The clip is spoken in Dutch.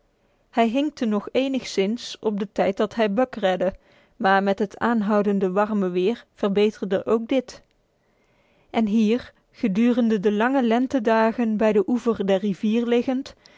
hij hinkte nog enigszins op het tijdstip dat hij buck redde maar met het aanhoudende warme weer verbeterde ook dit en hier gedurende de lange lentedagen bij de oever der rivier liggend